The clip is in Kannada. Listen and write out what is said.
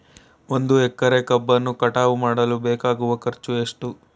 ಒಂದು ಎಕರೆ ಕಬ್ಬನ್ನು ಕಟಾವು ಮಾಡಲು ಬೇಕಾಗುವ ಖರ್ಚು ಎಷ್ಟು?